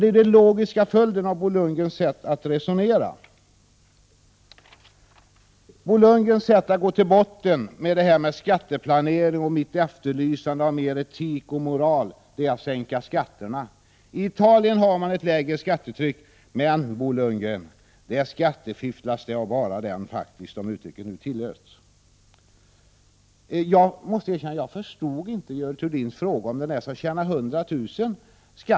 Det är ju den logiska följden av Bo Lundgrens sätt att resonera. Bo Lundgrens sätt att gå till botten med detta som gäller skatteplanering och mitt efterlysande av mer etik och moral, det är att sänka skatterna. I Italien har man ett lägre skattetryck. Men, Bo Lundgren, där skattefifflas det faktiskt av bara den — om uttrycker nu tillåts. Jag måste erkänna att jag inte förstod Görel Thurdins fråga om den person som tjänar 100 000 kr.